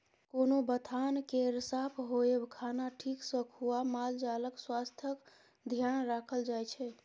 कोनो बथान केर साफ होएब, खाना ठीक सँ खुआ मालजालक स्वास्थ्यक धेआन राखल जाइ छै